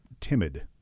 timid